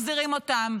מחזירים אותם.